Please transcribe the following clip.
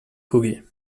hughie